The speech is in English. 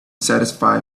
satisfied